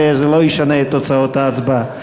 וזה לא ישנה את תוצאות ההצבעה.